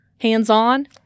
hands-on